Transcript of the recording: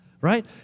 Right